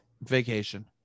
Vacation